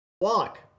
walk